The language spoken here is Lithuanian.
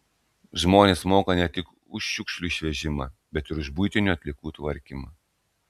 žmonės moka ne tik už šiukšlių išvežimą bet ir už buitinių atliekų tvarkymą